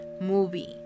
movie